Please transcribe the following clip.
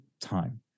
time